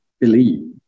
believe